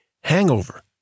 hangover